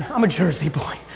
i'm a jersey boy.